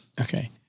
Okay